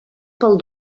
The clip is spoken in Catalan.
pel